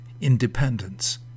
independence